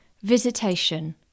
Visitation